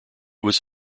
was